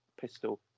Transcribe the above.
pistol